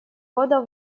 года